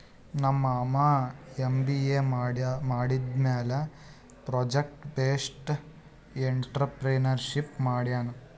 ನಮ್ ಮಾಮಾ ಎಮ್.ಬಿ.ಎ ಮಾಡಿದಮ್ಯಾಲ ಪ್ರೊಜೆಕ್ಟ್ ಬೇಸ್ಡ್ ಎಂಟ್ರರ್ಪ್ರಿನರ್ಶಿಪ್ ಮಾಡ್ಯಾನ್